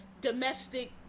domestic